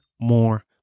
more